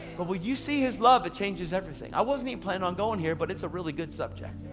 but when you see his love it changes everything. i wasn't even planning on going here but it's a really good subject.